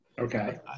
Okay